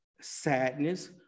Sadness